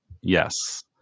Yes